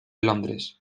londres